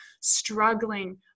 struggling